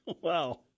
Wow